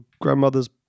grandmother's